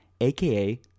aka